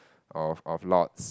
of of lots